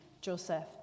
Joseph